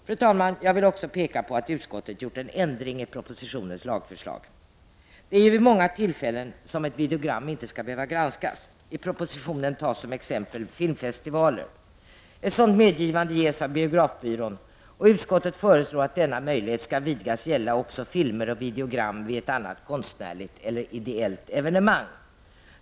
Fru talman! Jag vill också peka på att utskottet gjort en ändring i propositionens lagförslag. Det är ju vid många tillfällen som ett videogram inte skall behöva granskas. I propositionen tas som exempel filmfestivaler. Ett sådant medgivande ges av biografbyrån, och utskottet föreslår att denna möjlighet skall vidgas till att gälla också filmer och videogram vid annat konstnärligt eller ideellt evenemang.